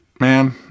Man